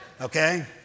okay